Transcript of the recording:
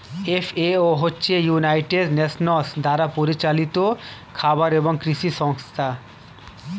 FAO হচ্ছে United Nations দ্বারা পরিচালিত খাবার এবং কৃষি সংস্থা